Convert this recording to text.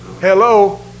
Hello